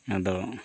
ᱟᱫᱚ